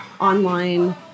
online